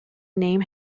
name